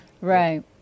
Right